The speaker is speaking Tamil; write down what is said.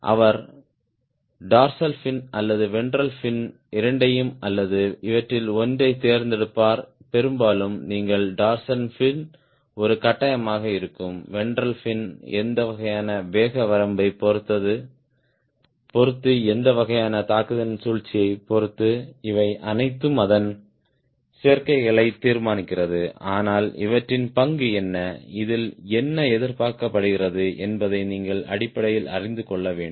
அவர் டார்சல் ஃபின் அல்லது வென்ட்ரல் ஃபின் இரண்டையும் அல்லது இவற்றில் ஒன்றைத் தேர்ந்தெடுப்பார் பெரும்பாலும் நீங்கள் டார்சல் ஃபின் ஒரு கட்டாயமாக இருக்கும் வென்ட்ரல் ஃபின் எந்த வகையான வேக வரம்பைப் பொறுத்து எந்த வகையான தாக்குதல் சூழ்ச்சியைப் பொறுத்து இவை அனைத்தும் அதன் சேர்க்கைகளை தீர்மானிக்கிறது ஆனால் இவற்றின் பங்கு என்ன இதில் என்ன எதிர்பார்க்கப்படுகிறது என்பதை நீங்கள் அடிப்படையில் அறிந்து கொள்ள வேண்டும்